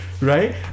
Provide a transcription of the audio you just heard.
Right